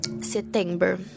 September